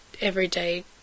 everyday